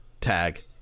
tag